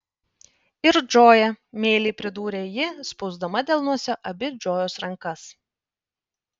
ir džoja meiliai pridūrė ji spausdama delnuose abi džojos rankas